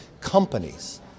companies